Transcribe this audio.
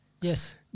yes